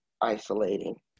isolating